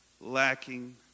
lacking